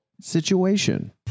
Situation